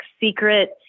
secret